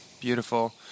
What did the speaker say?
Beautiful